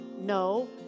No